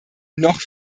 noch